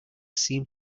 seemed